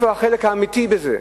איפה החלק האמיתי בזה.